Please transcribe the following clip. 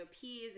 peas